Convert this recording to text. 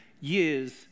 years